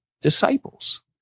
disciples